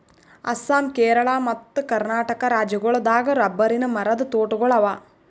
ಅಸ್ಸಾಂ ಕೇರಳ ಮತ್ತ್ ಕರ್ನಾಟಕ್ ರಾಜ್ಯಗೋಳ್ ದಾಗ್ ರಬ್ಬರಿನ್ ಮರದ್ ತೋಟಗೋಳ್ ಅವಾ